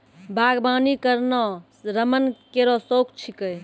बागबानी करना रमन केरो शौक छिकै